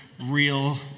real